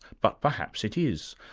but perhaps it is.